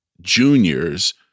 Junior's